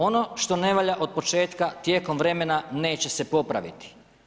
Ono što ne valjda od početka, tijekom vremena neće se popraviti.